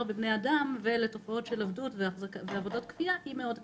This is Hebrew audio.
בבני אדם ולתופעות של עבדות ועבודות כפייה היא מאוד קצרה.